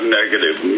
negative